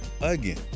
again